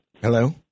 Hello